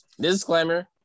Disclaimer